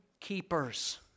keepers